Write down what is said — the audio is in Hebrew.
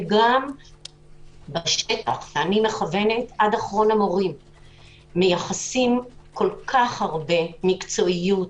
וגם בשטח - אני מכוונת עד אחרון המורים - מייחסים כל כך הרבה מקצועיות,